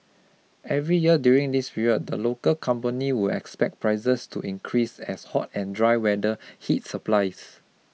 every year during this period the local company would expect prices to increase as hot and dry weather hits supplies